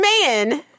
man